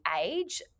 age